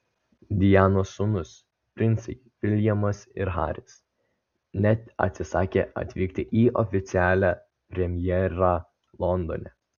dianos sūnūs princai viljamas ir haris net atsisakė atvykti į oficialią premjerą londone